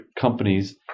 companies